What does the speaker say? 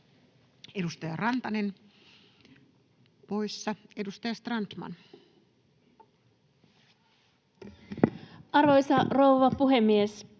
Edustaja Rantanen poissa. — Edustaja Strandman. Arvoisa rouva puhemies!